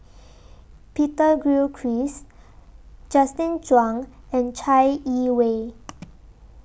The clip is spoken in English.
Peter Gilchrist Justin Zhuang and Chai Yee Wei